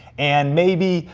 and maybe,